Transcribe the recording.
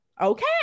Okay